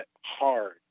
hard